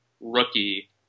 rookie